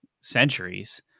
centuries